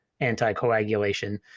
anticoagulation